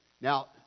Now